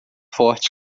forte